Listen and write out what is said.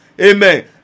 amen